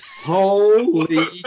Holy